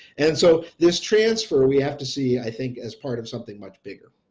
and so this transfer we have to see i think as part of something much bigger.